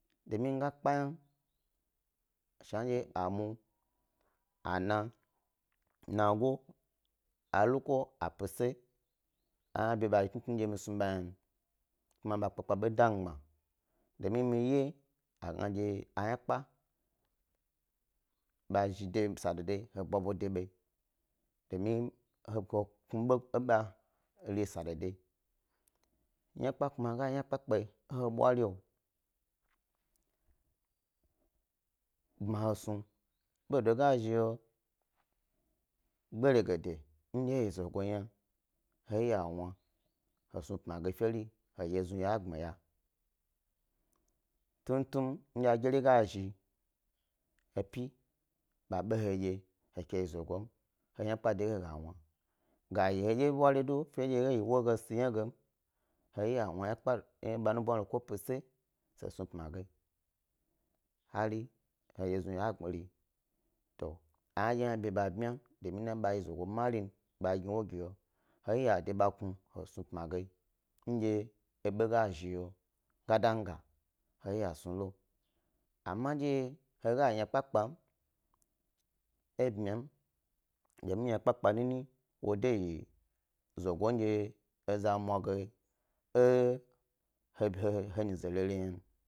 Lomin shnadye miga kpa yna, mue, a na, nago, a luko, apese a yna hna bi ba yi tnutnu dye mi snub a ynan kuma ba kpe-kpeɓo da migbma. Domin mi ye a gna dye a ynakpe ba zhi de he sa dodo yi he bwa bu de ɓayi, domin he kpmi de ba yi re sa dodo yi, yna kpa kpa he ga yna kpa-kpa e hna bwari bmya he snu ɓode ga zhi he gbari ge de ndye he yi zago yna he iya he mwna he snu pmi ge feri hedye znuge a gnaya. Tuntu ndye a geri ga zhi he pi ɓa be he wyedye he ke yi zogoyim, he yi ynakpe de ge he ga wna, ga yi hedye ɓwari do fe nɗye he yi ewo yi he sni yna gem, he iya he wna ynakpe he eɓa nuboto, ko pese se snu pmige. Hari hedye znuye wo gbmari to ayna dye he be bmya domin ɓa yi zogo marin ba gni wo ge he, he iya he de ba knu he snu pmi gen dye ebo ga zhiho gada ga he iya he snulo, amma ndye he ga yi ynakpe kpe yim e bmyam domin ynakpe kpe nini wo deyi zogo ndye ezamwna ge e hehe nyize relo ynan.